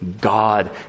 God